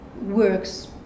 works